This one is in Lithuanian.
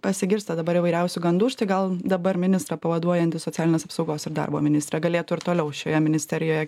pasigirsta dabar įvairiausių gandų štai gal dabar ministrą pavaduojanti socialinės apsaugos ir darbo ministrė galėtų ir toliau šioje ministerijoje